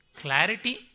clarity